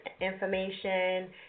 information